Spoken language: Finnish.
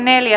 asia